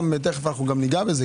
תיכף ניגע בזה